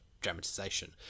dramatization